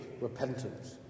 repentance